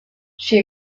she